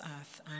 earth